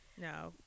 No